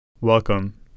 welcome